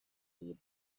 you